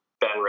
Ben